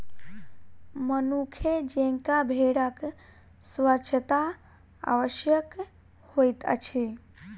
मनुखे जेंका भेड़क स्वच्छता आवश्यक होइत अछि